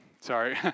sorry